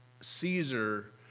Caesar